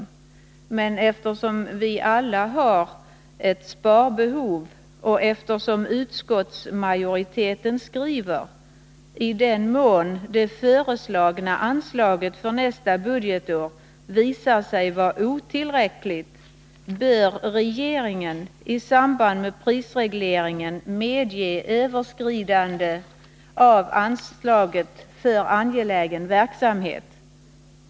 Men vi har ju alla ett sparbehov, och utskottsmajoriteten skriver: ”I den mån det föreslagna anslaget för nästa budgetår visar sig vara. otillräckligt bör regeringen i samband med prisregleringen medge överskridande av anslaget för angelägen verksamhet.